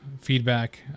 feedback